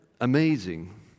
amazing